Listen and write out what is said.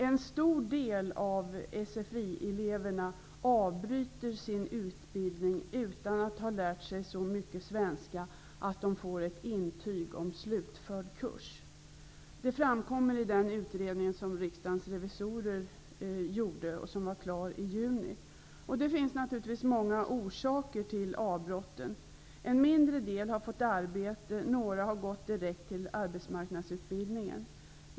En stor del av SFI-eleverna avbryter sin utbildning utan att ha lärt sig så mycket svenska att de får ett intyg om slutförd kurs. Det framkommer i den utredning som Riksdagens revisorer gjorde och som var klar i juni. Det finns naturligtvis många orsaker till avbrotten. En mindre del har fått arbete, några har gått direkt till arbetsmarknadsutbildningen.